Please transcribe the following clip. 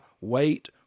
wait